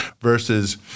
versus